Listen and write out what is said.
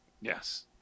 Yes